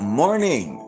morning